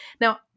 now